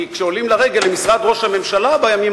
כי כשעולים לרגל למשרד ראש הממשלה בימים